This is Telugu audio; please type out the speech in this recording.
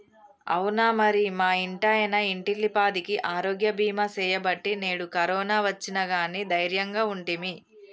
అవునా మరి మా ఇంటాయన ఇంటిల్లిపాదికి ఆరోగ్య బీమా సేయబట్టి నేడు కరోనా ఒచ్చిన గానీ దైర్యంగా ఉంటిమి